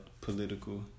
political